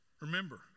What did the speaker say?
Remember